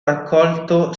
raccolto